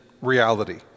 reality